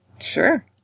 Sure